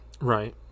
Right